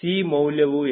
C ಮೌಲ್ಯವು ಎಷ್ಟು